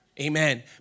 Amen